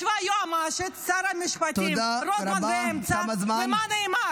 ישבה היועמ"שית, שר המשפטים, רוטמן באמצע.